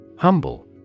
Humble